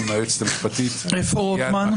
עם היועצת המשפטית -- איפה רוטמן?